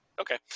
Okay